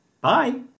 Bye